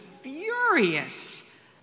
furious